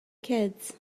kids